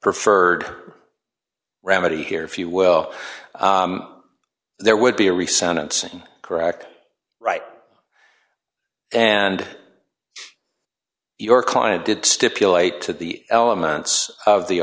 preferred remedy here if you will there would be a recent incident correct right and your client did stipulate to the elements of the